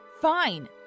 fine